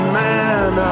man